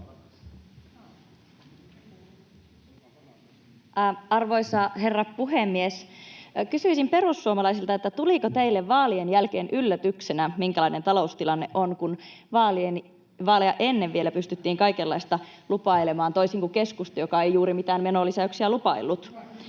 Arvoisa herra puhemies! Kysyisin perussuomalaisilta, tuliko teille vaalien jälkeen yllätyksenä, minkälainen taloustilanne on, kun vaaleja ennen vielä pystyttiin kaikenlaista lupailemaan — toisin kuin keskustalle, joka ei juuri mitään menolisäyksiä lupaillut.